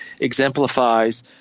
exemplifies